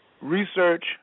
research